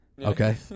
Okay